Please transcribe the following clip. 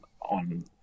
on